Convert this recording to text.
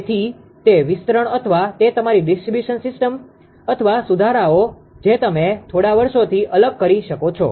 તેથી તે વિસ્તરણ અથવા તે તમારી ડીસ્ટ્રીબ્યુશન સિસ્ટમdistribution systemવિતરણ પ્રણાલી અથવા સુધારાઓ જે તમે થોડા વર્ષોથી અલગ કરી શકો છો